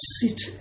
sit